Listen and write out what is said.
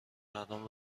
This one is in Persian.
مردم